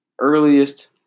earliest